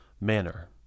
manner